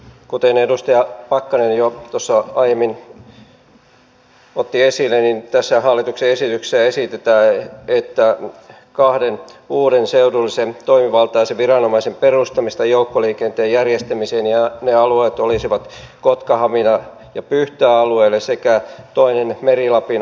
kuten edustaja pakkanen jo aiemmin otti esille niin tässä hallituksen esityksessä esitetään kahden uuden seudullisen toimivaltaisen viranomaisen perustamista joukkoliikenteen järjestämiseen ja ne tulisivat kotkahaminapyhtää alueelle sekä toinen meri lapin alueelle